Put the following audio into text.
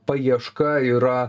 paieška yra